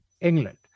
england